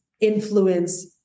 influence